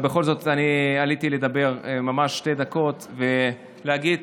בכל זאת, עליתי לדבר ממש שתי דקות ולהגיד